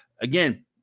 again